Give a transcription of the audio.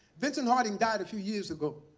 vincent harding died a few years ago.